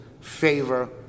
favor